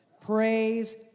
Praise